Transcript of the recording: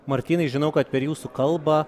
martynai žinau kad per jūsų kalbą